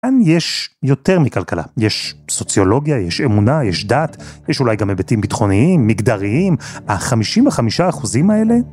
כאן יש יותר מכלכלה, יש סוציולוגיה, יש אמונה, יש דת, יש אולי גם היבטים ביטחוניים, מגדריים, ה-55% האלה